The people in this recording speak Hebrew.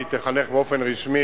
והוא ייחנך באופן רשמי,